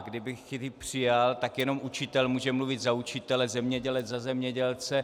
Kdybych ji přijal, tak jenom učitel může mluvit za učitele, zemědělec za zemědělce.